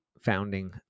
founding